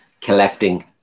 collecting